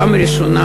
מהפעם הראשונה,